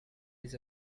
les